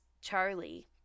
Charlie